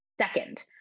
Second